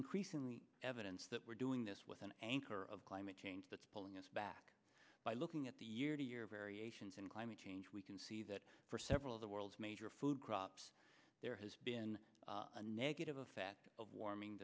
increasing the evidence that we're doing this with an anchor of climate change that's pulling us back by looking at the year to year variations in climate change we can see that for several of the world's major food crops there has been a negative effect of warming